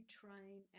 train